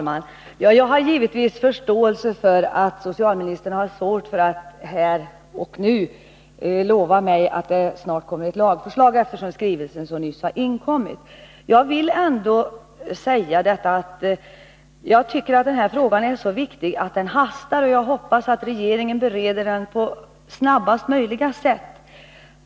Fru talman! Jag har givetvis förståelse för att socialminstern har svårt att här och nu lova mig att det snart kommer ett lagförslag, eftersom skrivelsen så nyss har inkommit. Jag tycker ändå att denna fråga är så viktig att den hastar, och jag hoppas att regeringen bereder den så snabbt som möjligt.